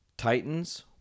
Titans